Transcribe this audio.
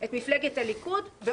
מפלגת הליכוד -- ארבעה מקומות.